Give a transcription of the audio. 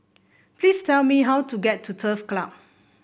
please tell me how to get to Turf Club